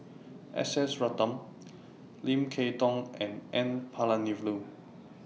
S S Ratnam Lim Kay Tong and N Palanivelu